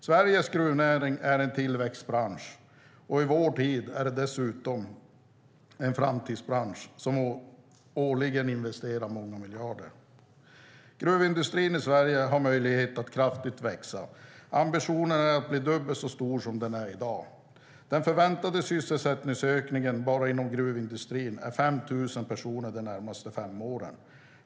Sveriges gruvnäring är en tillväxtbransch. I vår tid är det dessutom en framtidsbransch som årligen investerar många miljarder. Gruvindustrin har möjlighet att växa kraftigt i Sverige. Ambitionen är att bli dubbelt så stor som den är i dag. Den förväntade sysselsättningsökningen bara inom gruvindustrin är 5 000 personer de närmaste fem åren.